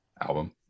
album